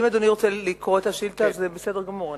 אם אדוני רוצה לקרוא את השאילתא, זה בסדר גמור.